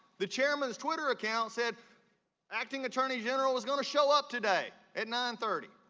the chairman's twitter account said acting attorney general is going to show up today at nine thirty.